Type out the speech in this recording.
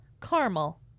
caramel